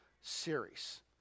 series